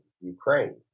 ukraine